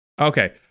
Okay